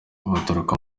baturuka